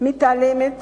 מתעלמת